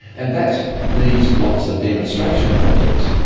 and that needs lots of demonstration projects.